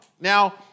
Now